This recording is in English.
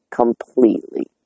completely